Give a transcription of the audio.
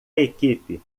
equipe